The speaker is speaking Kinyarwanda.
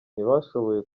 ntibashoboye